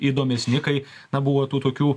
įdomesni kai na buvo tų tokių